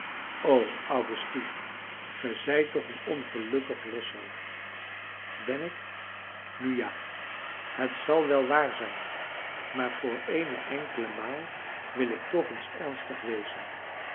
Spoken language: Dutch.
o augustine ge zijt toch een ongelukkig loshoofd ben ik nu ja het zal wel waar zijn maar voor eene enkele maal wil ik toch eens ernstig wezen